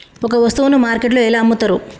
ఒక వస్తువును మార్కెట్లో ఎలా అమ్ముతరు?